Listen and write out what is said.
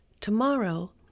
Tomorrow